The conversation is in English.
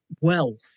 wealth